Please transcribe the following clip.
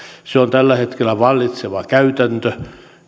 se on tällä hetkellä vallitseva käytäntö